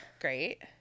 Great